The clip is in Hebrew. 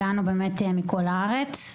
הגענו מכל הארץ,